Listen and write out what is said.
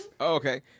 Okay